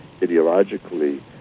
ideologically